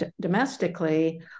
domestically